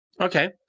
Okay